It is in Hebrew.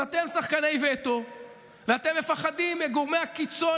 אם אתם שחקני וטו ואתם מפחדים מגורמי הקיצון